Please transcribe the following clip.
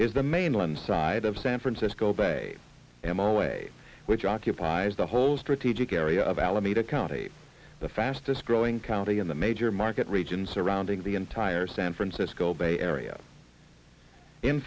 is the mainland side of san francisco bay em away which occupies the whole strategic area of alameda county the fastest growing county in the major market region surrounding the entire san francisco bay area in